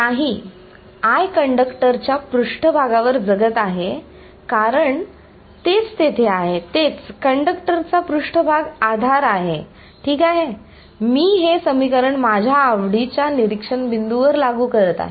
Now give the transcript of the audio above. नाही I कंडक्टरच्या पृष्ठभागावर जगत आहे कारण तेच तेथे आहे तेच कंडक्टरचा पृष्ठभाग आधार आहे आहे ठीक आहे मी हे समीकरण माझ्या आवडीच्या निरीक्षण बिंदूंवर लागू करत आहे